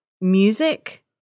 music